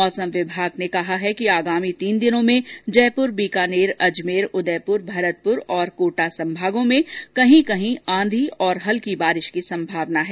मौसम विभाग ने कहा है कि आगामी तीन दिनों में जयपुर बीकानेर अजमेर उदयपुर भरतपुर और कोटा संभागों में कहीं कहीं आंधी और हल्की बारिश की संभावना है